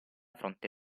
fronte